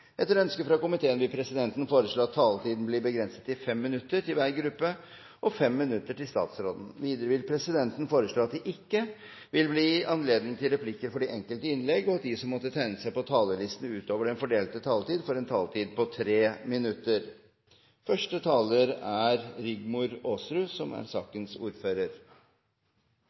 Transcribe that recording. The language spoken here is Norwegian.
Etter ønske fra familie- og kulturkomiteen vil presidenten foreslå at taletiden blir begrenset til 5 minutter til hver gruppe og 5 minutter til statsråden. Videre vil presidenten foreslå at det ikke vil bli gitt anledning til replikker etter de enkelte innlegg, og at de som måtte tegne seg på talerlisten utover den fordelte taletid, får en taletid på inntil 3 minutter. – Det anses vedtatt. Denne lovproposisjonen er den første